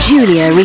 Julia